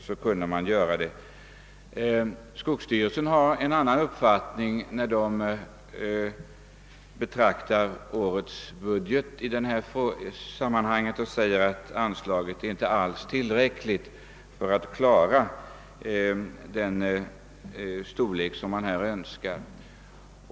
Skogsstyrelsen har emellertid en annan uppfattning härom och har anfört att anslaget inte alls är tillräckligt för att klara vägbyggena i den omfattning som man önskar.